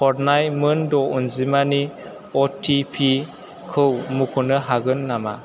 हरनाय मोन द' अनजिमानि अ टि पि खौ मख'नो हागोन नामा